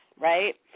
right